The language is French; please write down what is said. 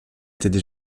étaient